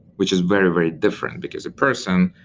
which is very, very different. because a person,